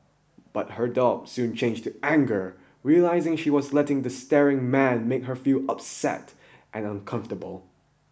but her doubt soon changed to anger realising she was letting the staring man make her feel upset and uncomfortable